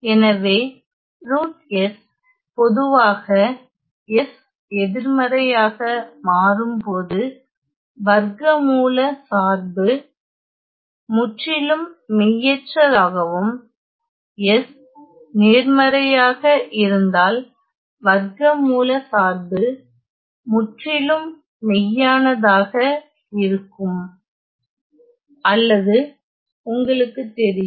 எனவே √s பொதுவாக s எதிர்மறையாக மாறும்போது வர்க்க மூல சார்பு முற்றிலும் மெய்யற்றதாகவும் s நேர்மறையாக இருந்தால் வர்க்க மூல சார்பு முற்றிலும் மெய்யானதாக இருக்கும் அல்லது உங்களுக்குத் தெரியும்